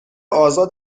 آزاد